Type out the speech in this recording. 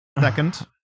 Second